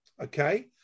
okay